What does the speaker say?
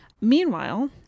Meanwhile